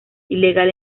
ilegal